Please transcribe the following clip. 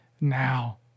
now